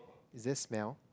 is it smell